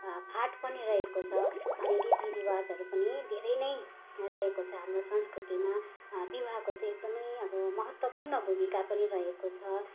फाँट पनि रहेको छ अनि रीति रिवाजहरू पनि धरै नै रहेको छ हाम्रो संस्कृतिमा विवाहको चाहिँ एकदम अब महत्त्वपूर्ण भूमिका पनि रहेको छ